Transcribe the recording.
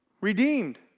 Redeemed